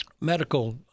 medical